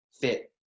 fit